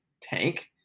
tank